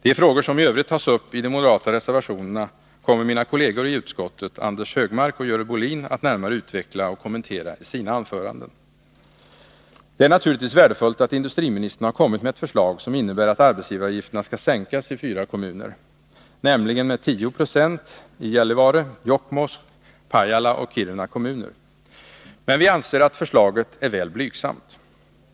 De frågor som i övrigt tas upp i de moderata reservationerna kommer mina kolleger i utskottet, Anders Högmark och Görel Bohlin, att närmare utveckla och kommentera i sina anföranden. Det är naturligtvis värdefullt att industriministern har kommit med ett förslag som innebär att arbetsgivaravgifterna skall sänkas med 10 9 i fyra kommuner, nämligen i Gällivare, Jokkmokks, Pajala och Kiruna kommuner. Men vi anser att förslaget är väl blygsamt.